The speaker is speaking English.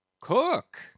cook